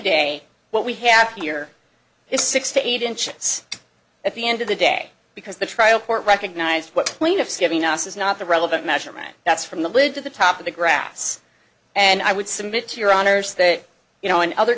day what we have here is six to eight inches at the end of the day because the trial court recognized what plaintiff's giving us is not the relevant measurement that's from the lid to the top of the graphs and i would submit to your honor's that you know in other